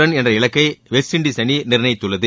run என்ற இலக்கை West இண்உஸ் அணி நிர்ணயித்துள்ளது